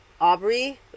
Aubrey